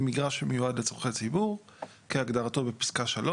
במגרש שמיועד לצורכי ציבור כהגדרתו בפסקה (3).